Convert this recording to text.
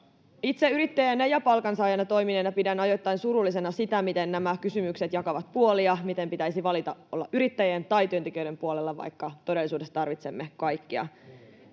Itse yrittäjänä ja palkansaajana toimineena pidän ajoittain surullisena sitä, miten nämä kysymykset jakavat puolia, miten pitäisi valita olla yrittäjien tai työntekijöiden puolella, vaikka todellisuudessa tarvitsemme kaikkia.